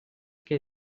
que